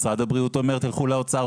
ומשרד הבריאות אומר: ״תלכו לאוצר,